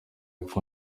kuko